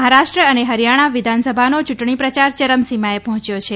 મહારાષ્ક્ર અને હરિયાણા વિધાનસભાનો ચૂંટણી પ્રચાર ચરમસીમાએ પહોંચ્યો છે